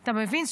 אתה מבין?